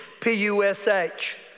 p-u-s-h